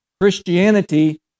Christianity